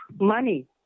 money